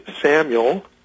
Samuel